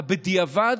"בדיעבד"